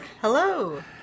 Hello